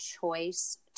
choice